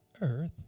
earth